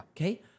Okay